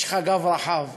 יש לך גב רחב.